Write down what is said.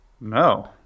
No